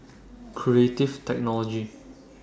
Creative Technology